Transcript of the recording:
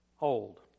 old